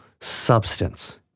substance